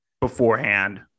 beforehand